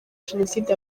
jenoside